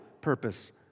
purpose